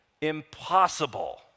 impossible